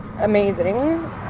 Amazing